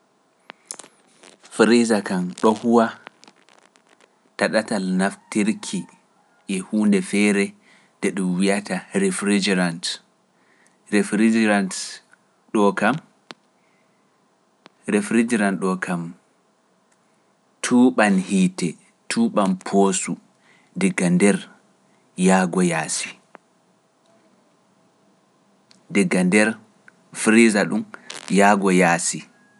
fewinirdu kam ɗon huwa dow ɗatal naftirki e huunde feere nde ɗum wiyata refrigerant. Refrigerant ɗo kam tuuɓan hiite, tuuɓan poosu diga nder yaago yaasi. Diga nder frisa ɗum, yaago yaasi.